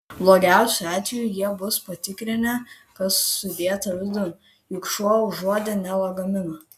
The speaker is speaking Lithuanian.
blogiausiu atveju jie bus patikrinę kas sudėta vidun juk šuo užuodė ne lagaminą